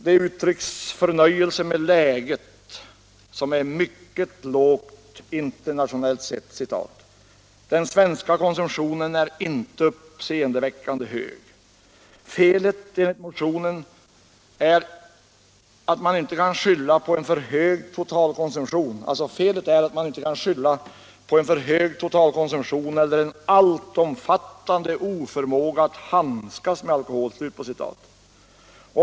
Det uttrycks förnöjelse med läget — konsumtionen är ”mycket låg internationellt sett -=-=—- den svenska konsumtionen inte uppseendeväckande hög”. Felet kan enligt motionen inte skyllas på en ”för hög totalkonsumtion eller en allomfattande oförmåga att handskas med alkohol”.